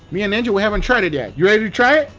me and angel we haven't tried it yet. you ready to try it?